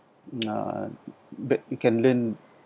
uh but can learn